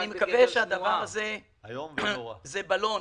אני מקווה שהדבר הזה הוא בלון